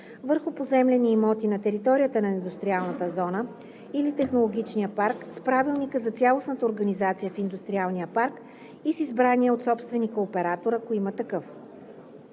върху поземлени имоти на територията на индустриалната зона или технологичния парк с правилника за цялостната организация в индустриалния парк и с избрания от собственика оператор, ако има такъв.